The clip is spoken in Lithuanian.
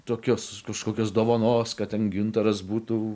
tokios kažkokios dovanos kad ten gintaras būtų